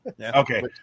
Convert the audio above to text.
okay